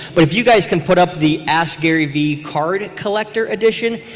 but if you guys can put up the askgaryvee card collector edition,